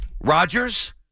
Rodgers